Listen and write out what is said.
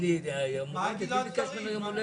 מי נמנע?